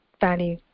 value